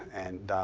and